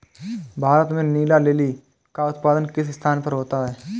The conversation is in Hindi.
भारत में नीला लिली का उत्पादन किस स्थान पर होता है?